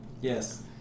Yes